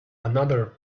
another